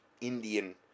Indian